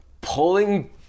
pulling